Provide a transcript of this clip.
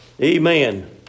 Amen